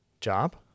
job